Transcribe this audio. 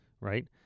Right